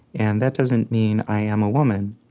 and that doesn't mean i am a woman,